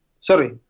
sorry